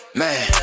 man